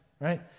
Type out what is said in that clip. right